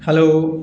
hello